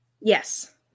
Yes